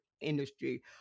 industry